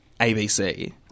ABC